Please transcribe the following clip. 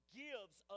gives